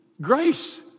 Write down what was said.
Grace